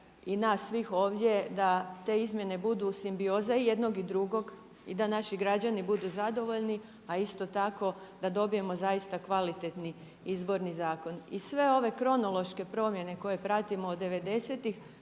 i nas svih ovdje da te izmjene budu simbioza i jednog i drugog i da naši građani budu zadovoljni a isto tako da dobijemo zaista kvalitetni Izborni zakon. I sve ove kronološke promjene koje pratimo od '90-ih